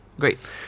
great